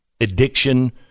Addiction